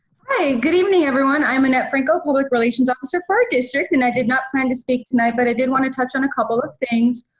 hi, good evening everyone. i'm annette franco public relations officer for our district and i did not plan to speak tonight, but i did wanna touch on a couple of things.